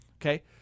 Okay